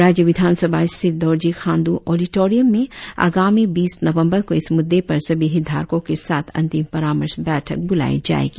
राज्य विधान सभा स्थित दोरजी खाण्डू ऑडिटोरियाम में आगामी बीस नवंबर को इस मुद्दे पर सभी हितधारकों के साथ अंतिम परामर्श बैठक बुलाई जाएगी